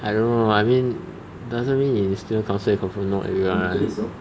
I don't know I mean doesn't mean he in student council he confirm know everyone [one]